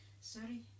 Sorry